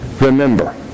remember